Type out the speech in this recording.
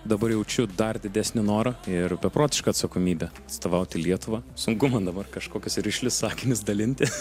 dabar jaučiu dar didesnį norą ir beprotišką atsakomybę atstovauti lietuvą sunku man dabar kažkokius rišlius sakinius dalinti